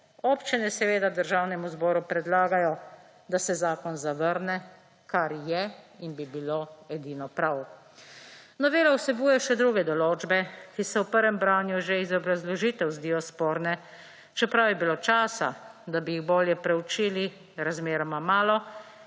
Občine seveda Državnemu zboru predlagajo, da se zakon zavrne, kar je in bi bilo edino prav. Novela vsebuje še druge določbe, ki se v prvem branju že iz obrazložitev zdijo sporne, čeprav je bilo časa, da bi jih bolje preučili, razmeroma malo,